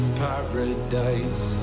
paradise